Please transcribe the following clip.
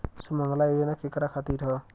सुमँगला योजना केकरा खातिर ह?